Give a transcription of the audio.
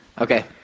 Okay